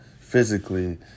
physically